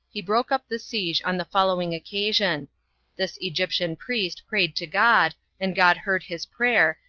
he broke up the siege on the following occasion this egyptian priest prayed to god, and god heard his prayer,